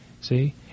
See